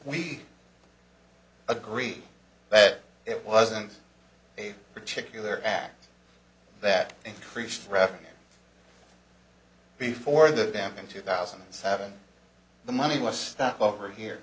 we agree that it wasn't a particular act that increased revenue before the dam in two thousand and seven the money was stopped over here